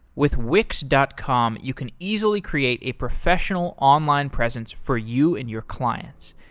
with wix dot com, you can easily create a professional online presence for you and your clients.